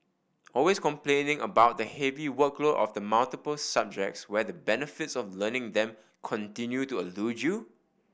always complaining about the heavy workload of the multiple subjects where the benefits of learning them continue to elude you